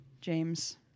James